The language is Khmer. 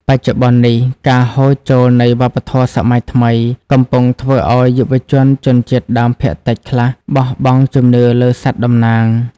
បច្ចុប្បន្ននេះ ការហូរចូលនៃវប្បធម៌សម័យថ្មី កំពុងធ្វើឱ្យយុវជនជនជាតិដើមភាគតិចខ្លះបោះបង់ជំនឿលើសត្វតំណាង។